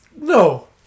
No